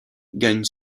gagne